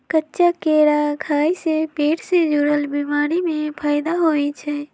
कच्चा केरा खाय से पेट से जुरल बीमारी में फायदा होई छई